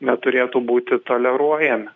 neturėtų būti toleruojami